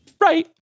right